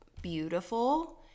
beautiful